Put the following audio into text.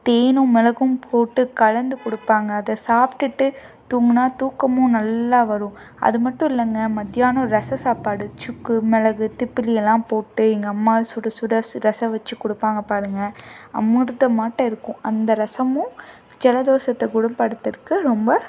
தேனும் மிளகும் போட்டு கலந்துக் கொடுப்பாங்க அதை சாப்பிடுட்டு தூங்கினா தூக்கமும் நல்லா வரும் அது மட்டும் இல்லைங்க மத்யானம் ரசம் சாப்பாடு சுக்கு மிளகு திப்பிலி எல்லாம் போட்டு எங்கள் அம்மா சுட சுட சு ரசம் வச்சிக் கொடுப்பாங்க பாருங்கள் அமுர்தமாட்டம் இருக்கும் அந்த ரசமும் ஜலதோஷத்தை குணப்படுத்துறக்கு ரொம்ப